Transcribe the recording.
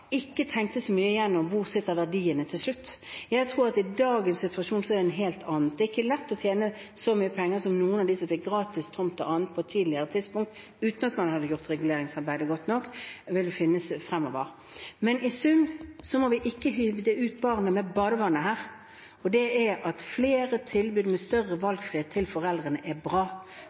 ikke tenkte så mye gjennom hvor det er verdiene sitter til slutt. Jeg tror at dagens situasjon er en helt annen. Det er ikke lett å tjene så mye penger som noen av dem som fikk gratis tomt på et tidligere tidspunkt, uten at man hadde gjort reguleringsarbeidet godt nok, nå fremover. Men i sum må vi ikke hive ut barnet med badevannet her, og det handler om at flere tilbud med større valgfrihet for foreldrene er bra.